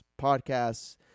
podcasts